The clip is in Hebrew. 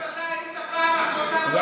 פעם